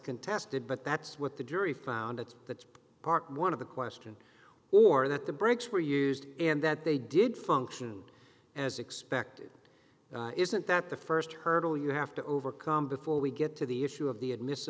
contested but that's what the jury found it's that's part one of the question or that the brakes were used and that they did function as expected isn't that the st hurdle you have to overcome before we get to the issue of the admissi